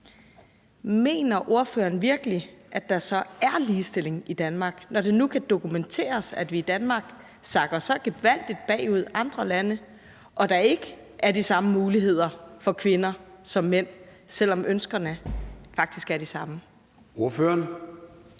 Mener ordføreren så virkelig, at der så er ligestilling i Danmark, når vi kan dokumentere, at vi i Danmark sakker så gevaldigt bagud i forhold til andre lande, og når der ikke er de samme muligheder for kvinder som for mænd, selv om ønskerne faktisk er de samme? Kl.